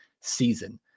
season